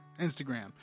Instagram